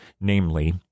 namely